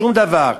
שום דבר.